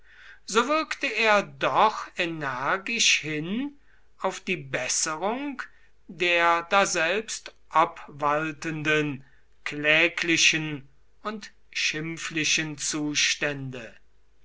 so wirkte er doch energisch hin auf die besserung der daselbst obwaltenden kläglichen und schimpflichen zustände